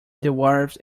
dwarves